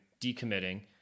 decommitting